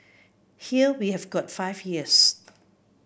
here we have got five years